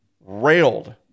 railed